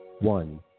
one